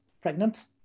pregnant